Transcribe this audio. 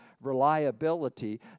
reliability